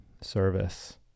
service